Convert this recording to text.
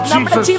Jesus